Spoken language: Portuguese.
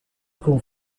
com